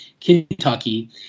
Kentucky